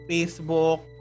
Facebook